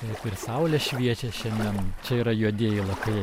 taip ir saulė šviečia šiandien čia yra juodieji lakajai